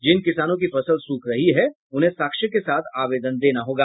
जिन किसानों की फसल सूख रही है उन्हें साक्ष्य के साथ आवेदन देना होगा